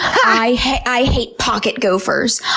i hate i hate pocket gophers.